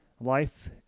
Life